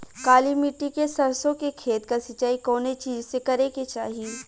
काली मिट्टी के सरसों के खेत क सिंचाई कवने चीज़से करेके चाही?